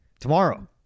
tomorrow